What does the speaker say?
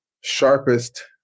sharpest